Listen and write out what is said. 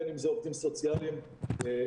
בין אם זה עובדים סוציאליים קהילתיים